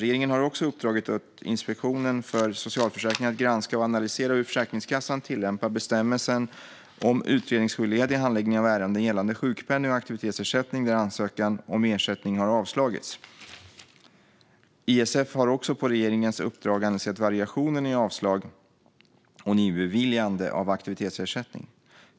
Regeringen har också uppdragit åt Inspektionen för socialförsäkringen att granska och analysera hur Försäkringskassan tillämpar bestämmelsen om utredningsskyldigheten i handläggning av ärenden gällande sjukpenning och aktivitetsersättning där ansökan om ersättning har avslagits . ISF har också på regeringens uppdrag analyserat variationen i avslag och nybeviljande av aktivitetsersättning .